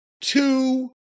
two